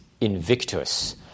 Invictus